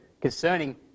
concerning